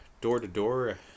door-to-door